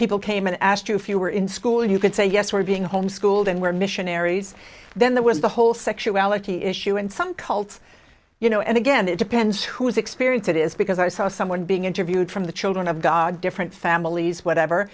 people came and asked you if you were in school you could say yes we're being homeschooled and we're missionaries then there was the whole sexuality issue and some cults you know and again it depends whose experience it is because i saw someone being interviewed from the children of god different families whatever